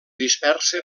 dispersa